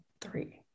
three